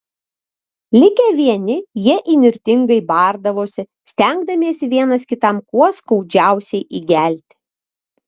likę vieni jie įnirtingai bardavosi stengdamiesi vienas kitam kuo skaudžiausiai įgelti